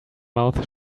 mouth